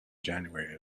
january